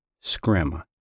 Scrim